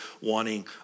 wanting